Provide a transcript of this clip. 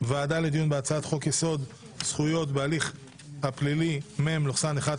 ועדה לדיון בהצעת חוק יסוד: זכויות בהליך הפלילי (מ/1523).